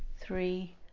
three